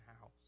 house